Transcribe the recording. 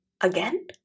again